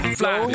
fly